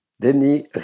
Denis